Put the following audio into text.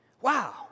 Wow